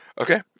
Okay